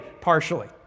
partially